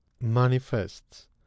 manifests